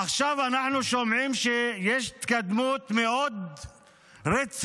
עכשיו אנחנו שומעים שיש התקדמות מאוד רצינית